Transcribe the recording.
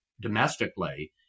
domestically